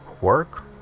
work